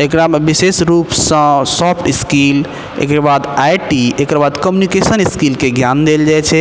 एकरामे विशेष रूपसँ सोफ्ट स्किल एकरबाद आइ टी एकरबाद कम्यूनिकेशन स्किलके ग्यान देल जाइ छै